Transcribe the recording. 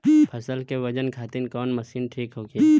फसल के वजन खातिर कवन मशीन ठीक होखि?